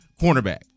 cornerback